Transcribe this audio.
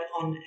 on